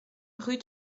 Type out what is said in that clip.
rue